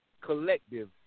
collective